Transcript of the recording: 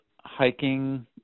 hiking